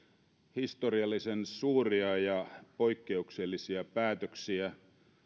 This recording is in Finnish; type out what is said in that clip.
historiallisen suuria ja poikkeuksellisia päätöksiä